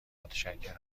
متشکرم